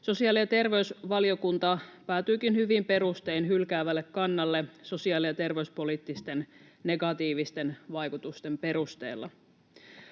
Sosiaali- ja terveysvaliokunta päätyikin hyvin perustein hylkäävälle kannalle sosiaali- ja terveyspoliittisten negatiivisten vaikutusten perusteella.